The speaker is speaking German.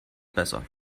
besser